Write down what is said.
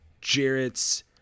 Jarrett's